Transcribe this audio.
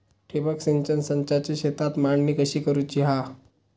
ठिबक सिंचन संचाची शेतात मांडणी कशी करुची हा?